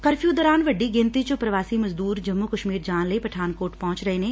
curfew ਦੌਰਾਨ ਵੱਡੀ ਗਿਣਤੀ ਵਿਚ ਪ੍ਰਵਾਸੀ ਮਜ਼ਦੁਰ ਜੰਮੁ ਕਸ਼ਮੀਰ ਜਾਣ ਲਈ ਪਠਾਨਕੋਟ ਪਹੁੰਚ ਰਹੇ ਨੇ